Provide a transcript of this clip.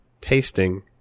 tasting